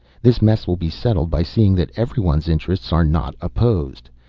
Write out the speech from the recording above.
this mess will be settled by seeing that everyone's interests are not opposed.